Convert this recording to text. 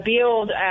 build